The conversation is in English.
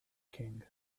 king